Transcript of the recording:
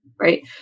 right